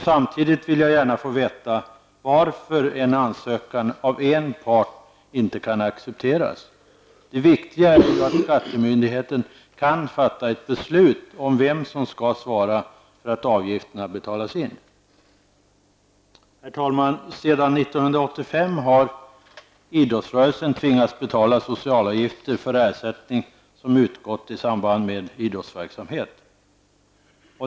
Samtidigt vill jag gärna få veta varför en ansökan av en part inte kan accepteras. Det viktiga är ju att skattemyndigheten kan fatta ett beslut om vem som skall svara för att avgifterna betalas in. Sedan 1985 har idrottsrörelsen tvingats betala socialavgifter för ersättning som utgått i samband med idrottsverksamhet.